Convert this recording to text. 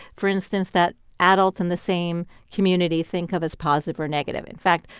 for instance, that adults in the same community think of as positive or negative. in fact,